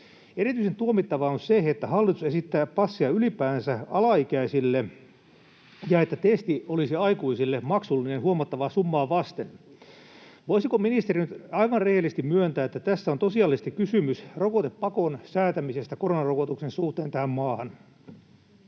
Erityisen tuomittavaa on se, että hallitus esittää passia ylipäänsä alaikäisille ja että testi olisi aikuisille maksullinen huomattavaa summaa vastaan. Voisiko ministeri nyt aivan rehellisesti myöntää, että tässä on tosiasiallisesti kysymys rokotepakon säätämisestä koronarokotuksen suhteen tähän maahan?